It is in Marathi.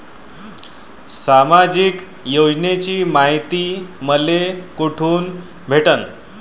सामाजिक योजनेची मायती मले कोठून भेटनं?